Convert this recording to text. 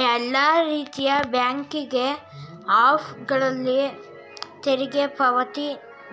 ಎಲ್ಲಾ ರೀತಿಯ banking app ಗಳಲ್ಲಿ ತೆರಿಗೆ ಪಾವತಿ